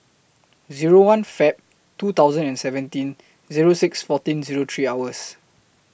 Zero one Feb twenty and seventeen Zero six fourteen Zero three hours